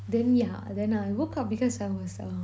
then yeah then I woke up because I was uh